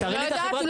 אני לא יודעת.